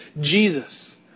Jesus